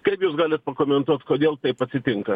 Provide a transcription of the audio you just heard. kaip jūs galit pakomentuot kodėl taip atsitinka